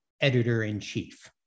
Editor-in-Chief